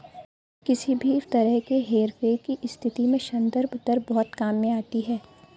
किसी भी तरह के हेरफेर की स्थिति में संदर्भ दर बहुत काम में आती है